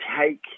take